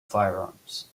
firearms